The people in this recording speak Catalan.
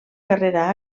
carrera